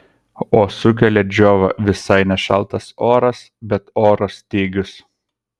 o sukelia džiovą visai ne šaltas oras bet oro stygius